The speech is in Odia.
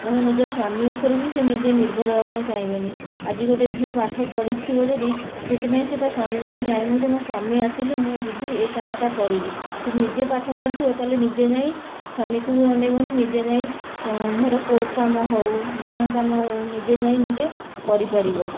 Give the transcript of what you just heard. ଧର ନିଜ ସ୍ୱାମୀ ଉପରେ ବି ସେ ନିଜେ ନିର୍ଭର ହେବା ପାଇଁ ଚାହିଁବେନି ଆଜି ଗୋଟେ ଝିଅ ପାଠ ପଢ଼ିଥିବ ଯଦି ସେଥିପାଇଁ ସିଏ ତା ସ୍ୱାମୀକୁ ବି ଚାହିଁବନି ଯେ ମୋ ସ୍ୱାମୀ ଆସିଲେ ମୁଁ ଯିବି ଏ କାମଟା କରିବି ସିଏ ନିଜେ ପାଠ ପଢ଼ିଥିବ ତା'ହେଲେ ନିଜେ ଯାଇ ସ୍ୱାମୀକୁ ବି ଅନାଇବନି ନିଜେ ଯାଇ ଧର କୋର୍ଟ କାମ ହଉ ବ୍ୟାଙ୍କ କାମ ନିଜେ ଯାଇ ନିଜେ କରିପାରିବ